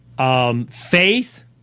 Faith